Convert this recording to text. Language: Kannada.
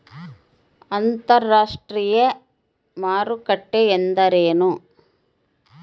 ಅಂತರಾಷ್ಟ್ರೇಯ ಮಾರುಕಟ್ಟೆ ಎಂದರೇನು?